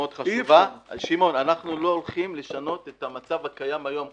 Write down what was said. אנחנו לא הולכים לשנות את המצב הקיים כיום,